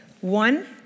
One